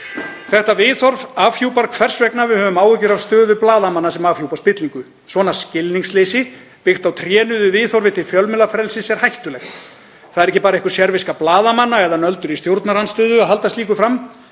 Þetta viðhorf afhjúpar hvers vegna við höfum áhyggjur af stöðu blaðamanna sem afhjúpa spillingu. Svona skilningsleysi, byggt á trénuðu viðhorfi til fjölmiðlafrelsis, er hættulegt. Það er ekki bara einhver sérviska blaðamanna eða nöldur í stjórnarandstöðu að halda slíku fram.